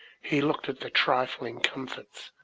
he looked at the trifling comforts,